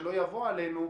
שלא יבוא עלינו,